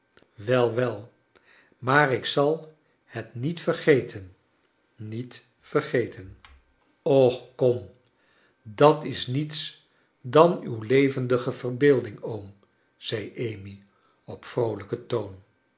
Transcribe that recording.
wel wel maar ik zal het niet vergeten niet vergeten och kom dat is niets dan uw levendige verbeelding oom zei amy op vroolijken toon